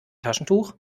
taschentuch